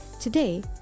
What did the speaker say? Today